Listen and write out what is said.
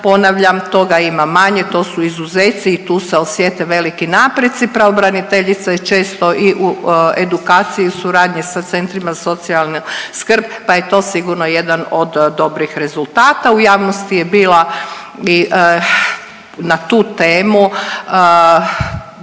ponavljam toga ima manje, to su izuzeci i tu se osjete veliki napreci, pravobraniteljica je često i u edukaciji i u suradnji sa Centrima za socijalnu skrb, pa je to sigurno jedan od dobrih rezultata, u javnosti je bila i na tu temu